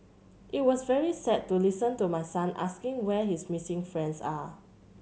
it was very sad to listen to my son asking where his missing friends are